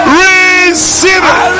receiver